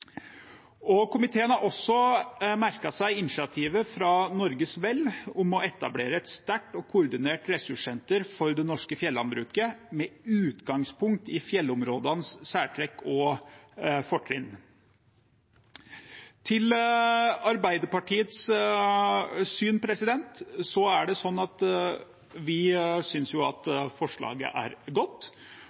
Komiteen har merket seg initiativet fra Norges Vel om å etablere et sterkt og koordinert ressurssenter for det norske fjellandbruket med utgangspunkt i fjellområdenes særtrekk og fortrinn. Til Arbeiderpartiets syn: Vi synes at forslaget er godt, og derfor ønsker vi å slutte opp om og stemme for forslaget